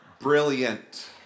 Brilliant